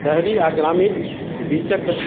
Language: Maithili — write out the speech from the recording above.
शहरी आ ग्रामीण बीचक